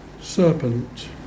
serpent